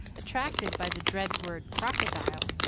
attracted by the dread word crocodile.